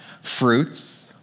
fruits